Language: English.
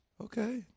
Okay